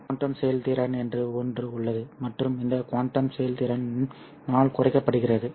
quantum செயல்திறன் என்று ஒன்று உள்ளது மற்றும் இந்த குவாண்டம் செயல்திறன் ஆல் குறிக்கப்படுகிறது